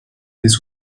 des